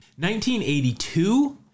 1982